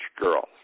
girl